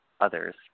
others